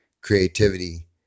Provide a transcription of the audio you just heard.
creativity